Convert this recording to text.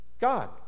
God